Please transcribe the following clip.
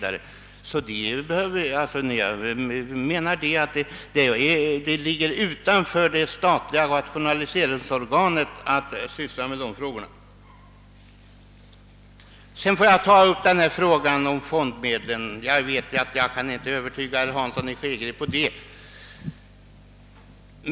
Att syssla med sådana frågor ligger alltså, anser jag, utanför det statliga rationaliseringsorganets uppgifter. Beträffande fondmedlen vet jag att jag inte kan övertyga herr Hansson i Skegrie.